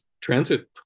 transit